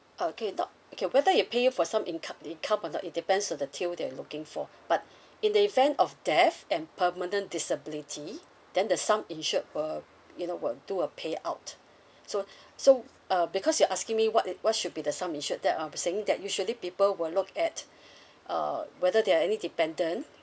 okay not okay whether we pay you for some inco~ income or not it depends on the tier that you're looking for but in the event of death and permanent disability then the sum insured will you know will do a pay out so so uh because you're asking me what it what should be the sum insured that um I'm saying that usually people will look at uh whether there are any dependant